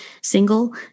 single